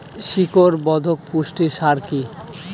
শিকড় বর্ধক পুষ্টি সার কি?